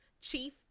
chief